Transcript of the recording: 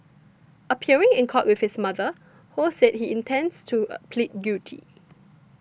appearing in court with his mother Ho said he intends to plead guilty